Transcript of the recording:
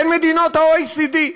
בין מדינות ה-OECD.